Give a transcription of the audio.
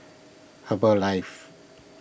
Herbalife